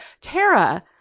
Tara